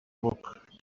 book